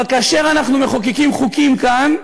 אבל כאשר אנחנו מחוקקים חוקים כאן,